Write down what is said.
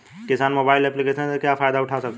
किसान mobile application से क्या फायदा उठा सकता है?